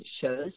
shows